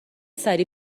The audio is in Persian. سریع